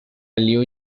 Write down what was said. liu